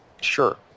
Sure